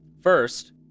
first